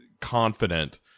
confident